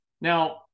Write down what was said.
now